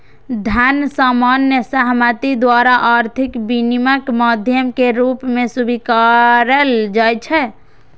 धन सामान्य सहमति द्वारा आर्थिक विनिमयक माध्यम के रूप मे स्वीकारल जाइ छै